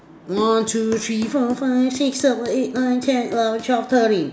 one two three four five six seven eight nine ten eleven twelve thirteen